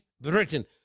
Britain